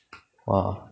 !wah!